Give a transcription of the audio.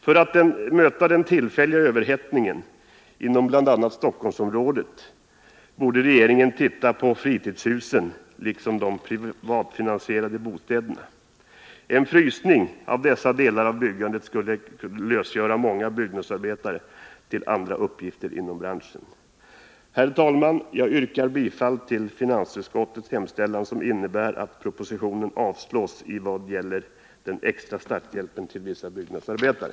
För att möta den tillfälliga överhettningen inom bl.a. Stockholmsområ det, borde regeringen titta på fritidshusen liksom på de privatfinansierade bostäderna. En frysning av dessa delar av byggandet skulle lösgöra många byggnadsarbetare till andra uppgifter inom branschen. Herr talman! Jag yrkar bifall till finansutskottets hemställan, som innebär att propositionen avslås i vad gäller den extra starthjälpen till vissa byggnadsarbetare.